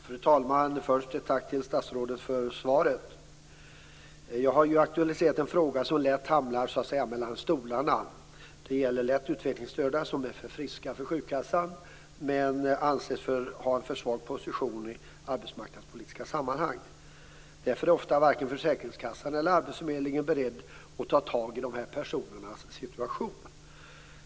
Fru talman! Först vill jag tacka statsrådet för svaret. Jag har aktualiserat en fråga som lätt hamnar mellan stolarna. Det gäller lätt utvecklingsstörda som är för friska för sjukkassan och som anses ha en för svag position i arbetsmarknadspolitiska sammanhang. Därför är ofta varken försäkringskassan eller arbetsförmedlingen beredd att ta tag i de här personernas situation.